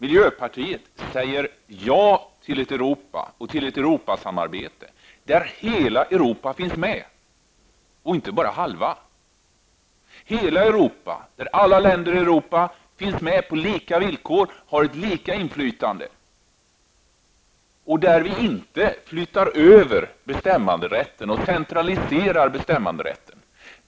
Miljöpartiet säger ja till ett Europasamarbete där hela Europa finns med och inte bara halva. Vi vill ha ett Europa där alla länder finns med på lika villkor och har ett lika stort inflytande, och där vi inte flyttar över bestämmanderätten och centraliserar den.